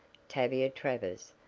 tavia travers,